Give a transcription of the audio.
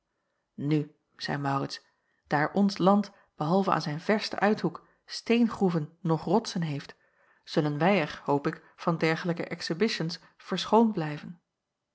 nu zeî maurits daar ons land behalve aan zijn versten uithoek steengroeven noch rotsen heeft zullen wij er hoop ik van dergelijke exhibitions verschoond blijven